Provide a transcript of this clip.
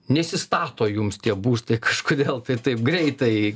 nesistato jums tie būstai kažkodėl tai taip greitai